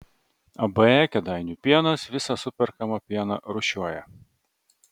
ab kėdainių pienas visą superkamą pieną rūšiuoja